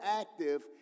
active